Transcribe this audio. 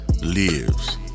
lives